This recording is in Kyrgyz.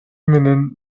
менен